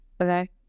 Okay